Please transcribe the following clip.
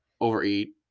overeat